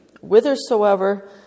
whithersoever